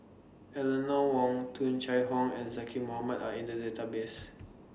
Eleanor Wong Tung Chye Hong and Zaqy Mohamad Are in The Database